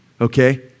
okay